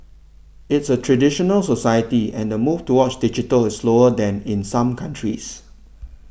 it's a traditional society and the move toward digital is slower than in some countries